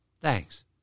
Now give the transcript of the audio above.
Thanks